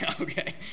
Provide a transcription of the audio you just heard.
Okay